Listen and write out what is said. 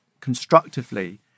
constructively